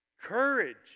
Courage